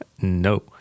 No